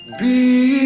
the